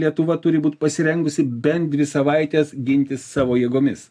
lietuva turi būt pasirengusi bent dvi savaites ginti savo jėgomis